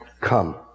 come